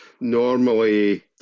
normally